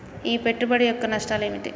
ఈ పెట్టుబడి యొక్క నష్టాలు ఏమిటి?